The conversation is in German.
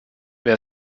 wer